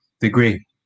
degree